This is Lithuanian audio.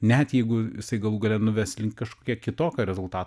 net jeigu jisai galų gale nuves link kažkokie kitokio rezultato